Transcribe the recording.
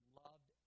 loved